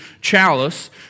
chalice